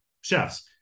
chefs